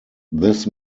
this